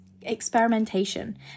experimentation